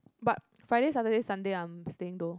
but Friday Saturday Sunday I'm staying though